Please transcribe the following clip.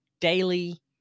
daily